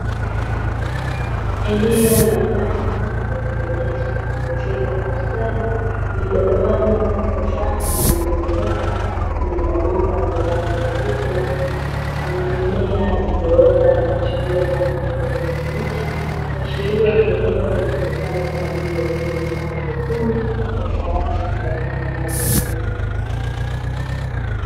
Eneo la ndani lililotengenezwa na kuezekwa kwa ustadi, lililogawanywa katika safu zilizonyooka, zenye mabomba yenye rangi nyeupe, yenye mimea iliyoota na kuchipua kwa rangi ya kijani kibichi, kuashiria ni eneo linalotumika kwa ajili ya kilimo cha haidroponi, ya sayansi bila kutumia udongo.